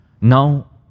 Now